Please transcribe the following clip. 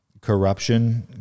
corruption